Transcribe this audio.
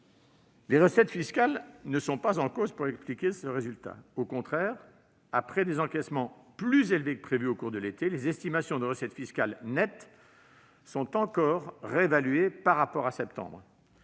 Les recettes fiscales ne sont pas en cause pour expliquer ce résultat. Au contraire, après des encaissements plus élevés que prévu au cours de l'été, les estimations de recettes fiscales nettes sont encore réévaluées par rapport à septembre